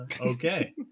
Okay